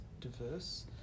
diverse